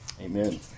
Amen